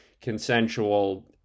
consensual